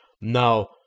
now